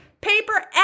Paper